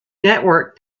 network